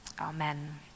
Amen